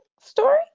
story